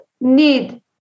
need